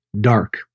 dark